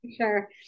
Sure